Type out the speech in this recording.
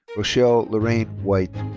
rochelle leraine white.